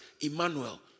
Emmanuel